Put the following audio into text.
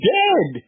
dead